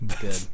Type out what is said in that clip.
good